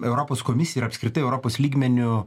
europos komisija ir apskritai europos lygmeniu